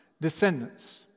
descendants